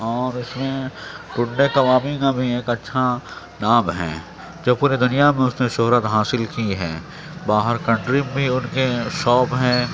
اور اس میں ٹنڈے کبابی کا بھی ایک اچھا نام ہے جو پورے دنیا میں اس نے شہرت حاصل کی ہے باہر کنٹری میں بھی ان کے شاپ ہیں